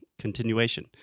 continuation